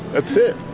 that's it